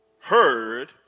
heard